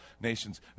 nations